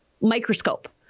microscope